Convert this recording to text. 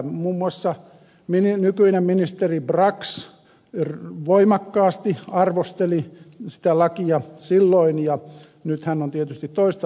muun muassa nykyinen ministeri brax voimakkaasti arvosteli sitä lakia silloin ja nyt hän on tietysti toista mieltä